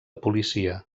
policia